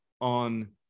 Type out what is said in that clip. on